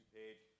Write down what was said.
page